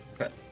Okay